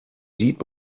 sieht